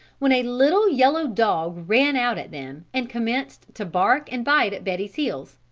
when a little, yellow dog ran out at them and commenced to bark and bite at betty's heels.